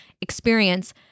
experience